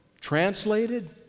Translated